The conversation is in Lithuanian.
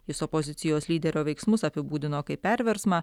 jis opozicijos lyderio veiksmus apibūdino kaip perversmą